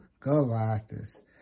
Galactus